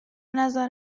نظر